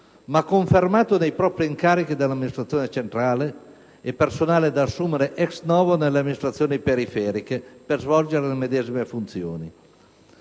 ma confermato nei propri incarichi dall'amministrazione centrale, e personale da assumere *ex novo* nelle amministrazioni periferiche per svolgere le medesime funzioni.